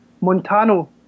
Montano